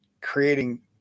creating